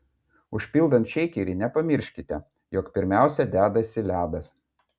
užpildant šeikerį nepamirškite jog pirmiausia dedasi ledas